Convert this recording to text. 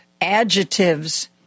adjectives